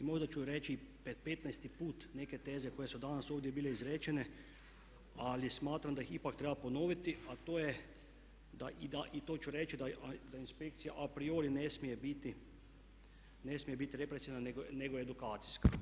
Možda ću reći petnaesti put neke teze koje su danas ovdje bile izrečene ali smatram da ih ipak treba ponoviti, a to je, i to ću reći da inspekcija a priori ne smije biti represivna nego edukacijska.